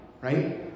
right